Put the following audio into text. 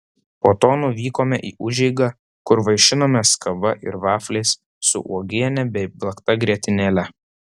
po to nuvykome į užeigą kur vaišinomės kava ir vafliais su uogiene bei plakta grietinėle